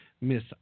Miss